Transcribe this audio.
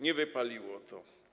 Nie wypaliło to.